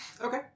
Okay